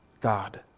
God